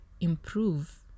improve